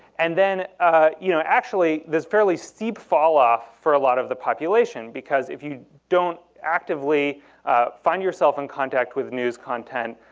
and then you know actually, there's a fairly steep fall-off for a lot of the population, because if you don't actively find yourself in contact with news content,